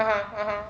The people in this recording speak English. (uh huh) (uh huh)